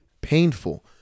painful